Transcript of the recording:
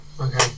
Okay